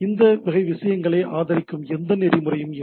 இந்த வகை விஷயங்களை ஆதரிக்கும் எந்த நெறிமுறையும் இல்லை